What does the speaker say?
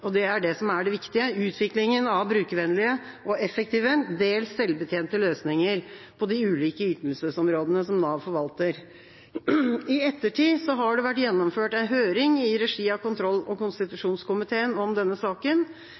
og det er det som er det viktige – utviklinga av brukervennlige og effektive, dels selvbetjente løsninger på de ulike ytelsesområdene som Nav forvalter. I ettertid har det vært gjennomført en høring i regi av kontroll- og konstitusjonskomiteen om denne saken.